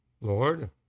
Lord